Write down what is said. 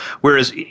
Whereas